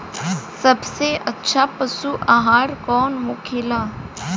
सबसे अच्छा पशु आहार कौन होखेला?